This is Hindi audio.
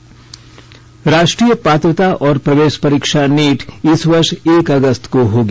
नीट परीक्षा राष्ट्रीय पात्रता और प्रवेश परीक्षा नीट इस वर्ष एक अगस्त को होगी